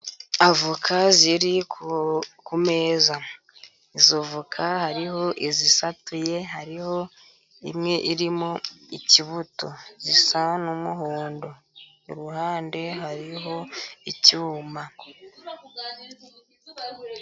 Avoka ziri ku meza, izo avoka hariho izisatuye, hariho imwe irimo ikibuto, zisa n'umuhondo, iruhande hariho icyuma.